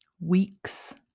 weeks